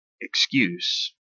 excuse